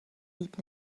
líp